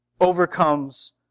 overcomes